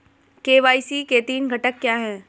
KYC के तीन घटक क्या हैं?